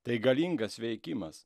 tai galingas veikimas